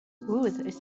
ruth